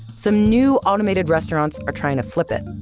some new automated restaurants are trying to flip it.